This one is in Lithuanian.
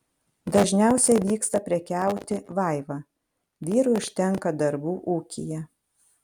dažniausiai vyksta prekiauti vaiva vyrui užtenka darbų ūkyje